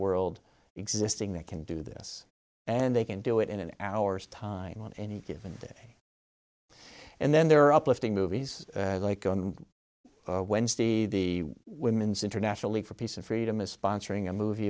world existing they can do this and they can do it in an hour's time on any given day and then there are uplifting movies like on wednesday the women's internationally for peace and freedom is sponsoring a movie